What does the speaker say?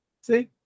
See